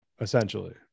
essentially